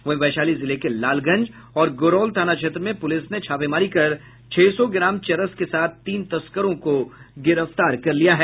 वहीं वैशाली जिले के लालगंज और गोरौल थाना क्षेत्र में पुलिस ने छापेमारी कर छह सौ ग्राम चरस के साथ तीन तस्करों को गिरफ्तार कर लिया है